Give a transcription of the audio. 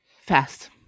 Fast